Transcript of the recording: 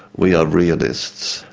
we are realists,